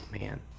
man